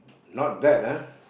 not bad ah